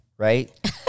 Right